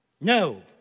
No